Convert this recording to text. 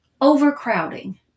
overcrowding